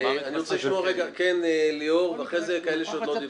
כן ליאור, ואחרי זה כאלה שעוד לא דיברו.